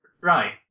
Right